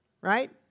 Right